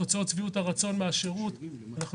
מבחינת שביעות רצון מהשירות אנחנו